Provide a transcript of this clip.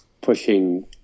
pushing